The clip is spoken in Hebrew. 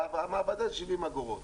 והמעבדה זה 70 אגורות.